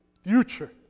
future